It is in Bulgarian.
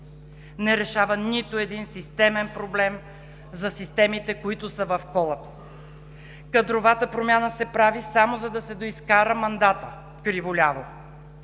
не решава нито един проблем за системите, които са в колапс. Кадровата промяна се прави, само за да се доизкара мандатът криво-ляво.